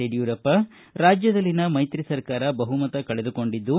ಯಡಿಯೂರಪ್ಪ ರಾಜ್ಯದಲ್ಲಿನ ಮೈತ್ರಿ ಸರ್ಕಾರ ಬಹುಮತ ಕಳೆದುಕೊಂಡಿದ್ದು